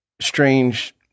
strange